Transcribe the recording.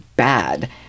bad